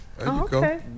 Okay